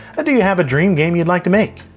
ah do you have a dream game you'd like to make?